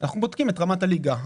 אנחנו בודקים את רמת הליגה,